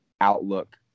outlook